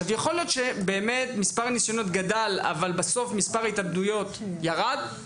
יכול להיות שבאמת מספר הניסיונות גדל אבל בסוף מספר ההתאבדויות ירד,